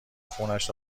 خونش